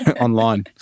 online